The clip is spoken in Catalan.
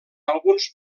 alguns